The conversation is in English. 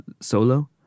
Solo